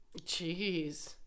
Jeez